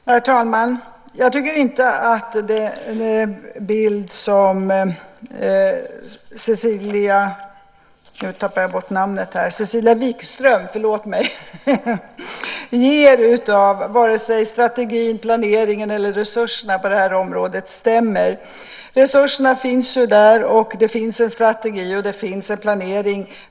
Herr talman! Jag tycker inte att den bild som Cecilia Wigström ger av vare sig strategin, planeringen eller resurserna på det här området stämmer. Resurserna finns där, det finns en strategi och det finns en planering.